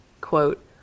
Quote